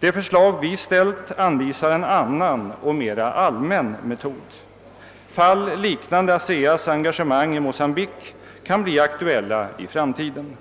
Det förslag vi här ställt anvisar en annan och mera allmän metod. Fall liknande ASEA:s engagemang i Mocambique kan bli aktuella i framtiden.